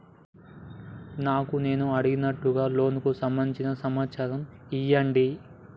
నాకు నేను అడిగినట్టుగా లోనుకు సంబందించిన సమాచారం ఇయ్యండి?